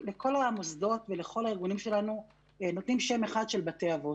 לכל המוסדות ולכל הארגונים שלנו נותנים שם אחד של בית אבות.